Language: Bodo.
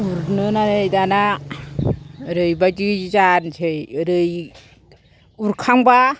उरनानै दाना ओरैबायदि जानोसै ओरै उरखांबा